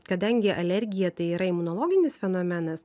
kadangi alergija tai yra imunologinis fenomenas